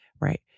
right